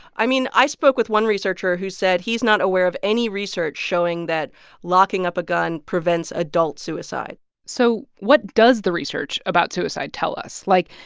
i mean, i spoke with one researcher who said he's not aware of any research showing that locking up a gun prevents adult suicide so what does the research about suicide tell us? like,